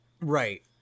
Right